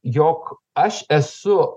jog aš esu